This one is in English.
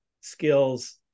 skills